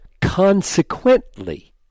consequently